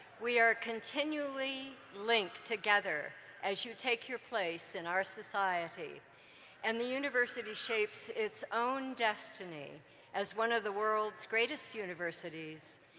we are continually linked together as you take your place in our society and the university shapes its own destiny as one of the world's greatest universities.